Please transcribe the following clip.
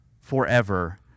forever